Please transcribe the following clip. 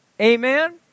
Amen